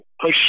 push